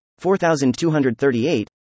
4238